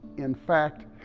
in fact,